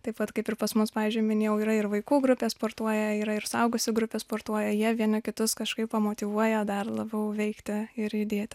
taip pat kaip ir pas mus pavyzdžiui minėjau yra ir vaikų grupė sportuoja yra ir suaugusių grupė sportuoja jie vieni kitus kažkaip pamotyvuoja dar labiau veikti ir judėti